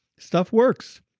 stuff works.